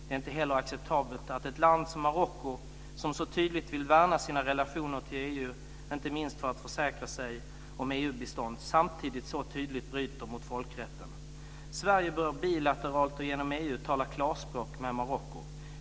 Det är inte heller acceptabelt att ett land som Marocko, som så tydligt vill värna sina relationer till EU inte minst för att försäkra sig om EU-bistånd, samtidigt så tydligt bryter mot folkrätten. Sverige bör bilateralt och genom EU tala klarspråk med Marocko.